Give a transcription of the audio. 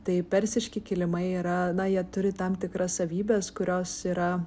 tai persiški kilimai yra na jie turi tam tikras savybes kurios yra